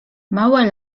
małe